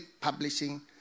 publishing